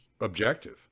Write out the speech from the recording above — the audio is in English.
objective